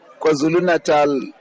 KwaZulu-Natal